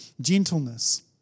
Gentleness